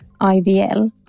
IVL